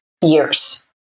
years